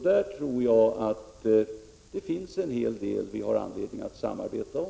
Där tror jag det finns en hel del som vi har anledning att samarbeta om.